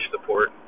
support